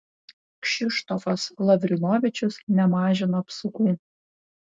kšištofas lavrinovičius nemažina apsukų